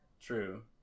True